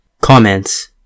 COMMENTS